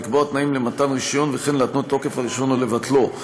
מוסמך לקבוע תנאים למתן רישיון וכן להתנות את תוקף הרישיון או לבטלו.